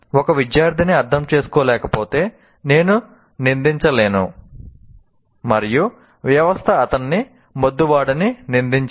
ఒక విద్యార్థిని అర్థం చేసుకోలేకపోతే నేను నిందించలేను మరియు వ్యవస్థ అతన్ని మొద్దు వాడని నిందించింది